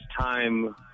time